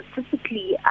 specifically